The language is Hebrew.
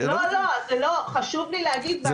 חשוב לי להגיד,